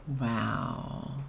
wow